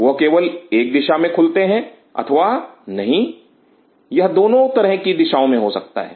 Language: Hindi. वह केवल एक दिशा में खुलते हैं अथवा नहीं यह दोनों तरह की दिशाओं में हो सकता है